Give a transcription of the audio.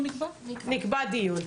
נקבע דיון.